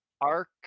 Arc